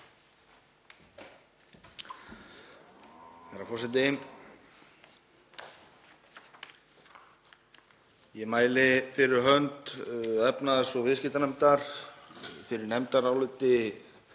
Herra forseti. Ég mæli fyrir hönd efnahags- og viðskiptanefndar fyrir nefndaráliti